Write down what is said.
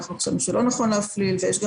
אנחנו חושבים שלא נכון להפליל ויש גם